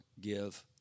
give